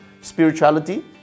Spirituality